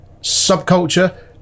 subculture